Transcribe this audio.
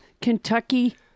Kentucky